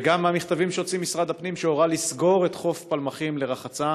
וגם מהמכתבים שהוציא משרד הפנים שהורה לסגור את חוף פלמחים לרחצה,